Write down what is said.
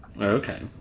okay